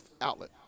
outlet